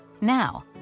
Now